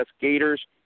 Gators